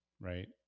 right